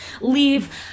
leave